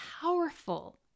powerful